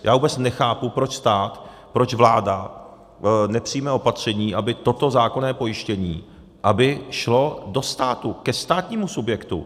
Já vůbec nechápu, proč stát, proč vláda nepřijme opatření, aby toto zákonné pojištění, aby šlo do státu, ke státnímu subjektu.